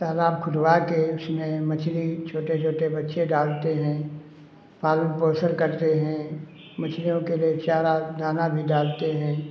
तालाब खुदवा के उसमें मछली छोटे छोटे बच्चे डालते हैं पालन पोषण करते हैं मछलियों के लिए चारा दाना भी डालते हैं